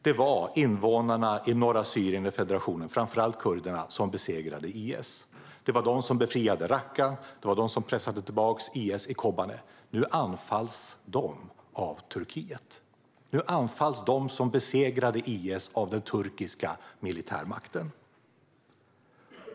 Det var invånarna i norra Syrien, i federationen, framför allt kurderna, som besegrade IS. Det var de som befriade Raqqa. Det var de som pressade tillbaka IS i Kobane. Nu anfalls de av Turkiet. Nu anfalls de som besegrade IS av den turkiska militärmakten.